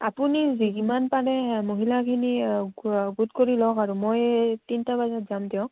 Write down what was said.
আপুনি যি ইমান পাৰে মহিলাখিনি গোট কৰি লওক আৰু মই তিনটা বজাত যাম দিয়ক